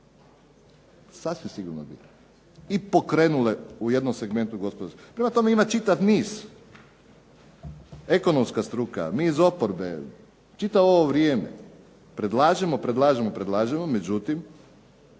Sasvim sigurno da ne, i pokrenule u jednom segmentu gospodarstvo. Prema tome ima čitav niz, ekonomska struka, mi iz oporbe čitavo ovo vrijeme predlažemo, predlažemo, predlažemo, međutim